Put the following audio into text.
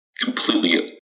completely